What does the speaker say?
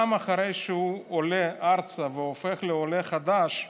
גם אחרי שהוא עולה ארצה והופך לעולה חדש,